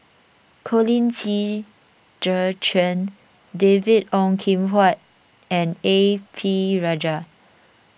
Colin Qi Zhe Quan David Ong Kim Huat and A P Rajah